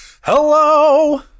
Hello